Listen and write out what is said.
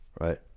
right